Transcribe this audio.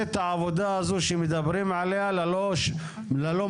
את העבודה הזו שמדברים עליה ללא משאבה.